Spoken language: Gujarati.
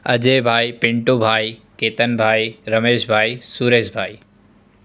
અજયભાઈ પિન્ટુભાઈ કેતનભાઈ રમેશભાઈ સુરેશભાઈ